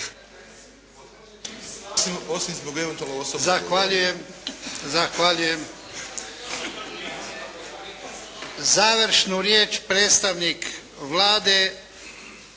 Zahvaljujem. Završnu riječ predstavnik Vlade,